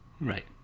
right